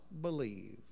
believe